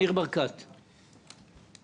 ניר ברקת, בבקשה.